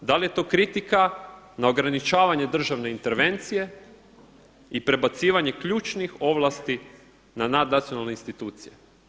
Da li je to kritika na ograničavanje državne intervencije i prebacivanje ključnih ovlasti na nadnacionalne institucije?